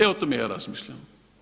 E o tome ja razmišljam.